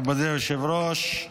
מכובדי היושב-ראש,